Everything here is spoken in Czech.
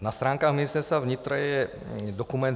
Na stránkách Ministerstva vnitra je dokument